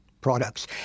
products